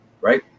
right